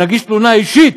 נגיש תלונה אישית